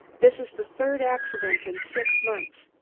this is the third accident in six months.